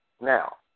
Now